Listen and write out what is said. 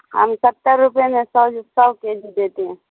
ہم ستر روپیے میں سو سو کے جی دیتے ہیں